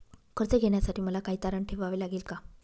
कर्ज घेण्यासाठी मला काही तारण ठेवावे लागेल का?